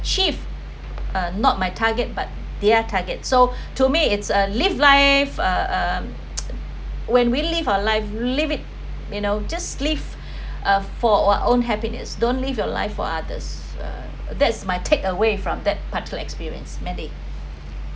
achieve uh not my target but their target so to me it's a live life uh um when we live our life live it you know just live uh for our own happiness don't live your life for others uh that's my take away from that part the experience mandy